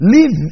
Leave